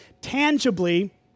Tangibly